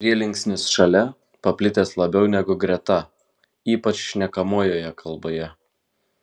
prielinksnis šalia paplitęs labiau negu greta ypač šnekamojoje kalboje